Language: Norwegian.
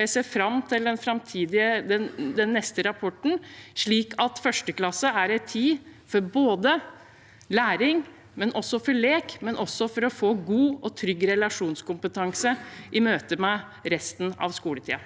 jeg ser fram til den neste rapporten, slik at 1. klasse blir en tid for både læring og lek, men også for å få god og trygg relasjonskompetanse i møte med resten av skoletiden.